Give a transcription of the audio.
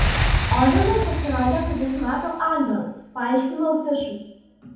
ovenui pasirodė kad jis mato angelą paaiškinau fišui